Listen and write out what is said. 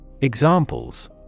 Examples